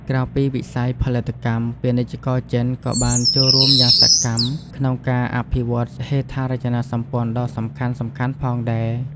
ក្រៅពីវិស័យផលិតកម្ម ពាណិជ្ជករចិនក៏បានចូលរួមយ៉ាងសកម្មក្នុងការអភិវឌ្ឍហេដ្ឋារចនាសម្ព័ន្ធដ៏សំខាន់ៗផងដែរ។